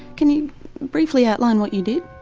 can you briefly outline what you did?